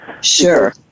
Sure